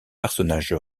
personnage